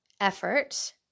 effort